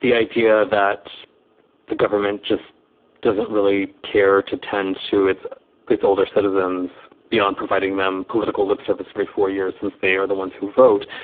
the idea that the government just doesn't really care to tend to its its older citizens beyond providing them political lip service every four years since they are the ones who vote.